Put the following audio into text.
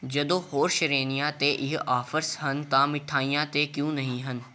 ਜਦੋਂ ਹੋਰ ਸ਼੍ਰੇਣੀਆਂ 'ਤੇ ਇਹ ਆਫ਼ਰਜ਼ ਹਨ ਤਾਂ ਮਿਠਾਈਆਂ 'ਤੇ ਕਿਉਂ ਨਹੀਂ ਹਨ